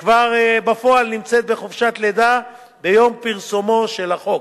שכבר בפועל נמצאת בחופשת לידה ביום פרסומו של החוק.